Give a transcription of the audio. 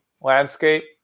landscape